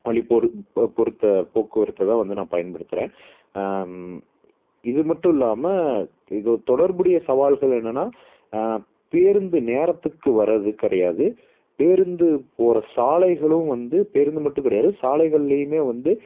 வழி பொரு ப பொருத்து போக்குவரத்தை தான் வந்து நான் பயன்படுத்துகிறேன் இது மட்டும் இல்லாமல் இது தொடர்புடைய சவால்கள் என்னென்னா பேருந்து நேரத்துக்கு வர்றது கிடையாது பேருந்து போகிற சாலைகளும் வந்து பேருந்து மட்டும் கிடையாது சாலைகள்லேயுமே வந்து